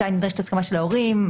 מתי נדרשת הסכמה של ההורים,